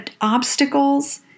obstacles